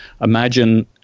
Imagine